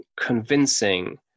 convincing